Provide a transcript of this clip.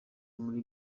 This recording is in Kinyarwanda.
muri